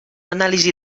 anàlisi